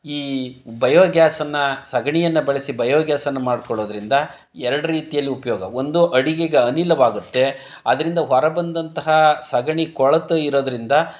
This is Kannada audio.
ಈ ಬಯೋಗ್ಯಾಸನ್ನು ಸಗಣಿಯನ್ನು ಬಳಸಿ ಬಯೋಗ್ಯಾಸನ್ನ ಮಾಡ್ಕೊಳ್ಳೋದ್ರಿಂದ ಎರಡು ರೀತಿಯಲ್ಲಿ ಉಪಯೋಗ ಒಂದು ಅಡಿಗೆಗೆ ಅನಿಲವಾಗುತ್ತೆ ಅದರಿಂದ ಹೊರಬಂದಂತಹ ಸಗಣಿ ಕೊಳೆತು ಇರೋದರಿಂದ